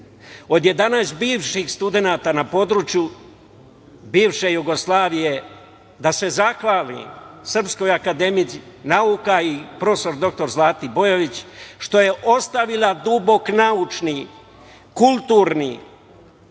od 11 bivših studenata na području bivše Jugoslavije da se zahvalim Srpskoj akademiji nauka i prof. dr Zlati Bojović što je ostavila dubok naučni, kulturni,